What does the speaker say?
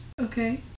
Okay